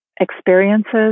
experiences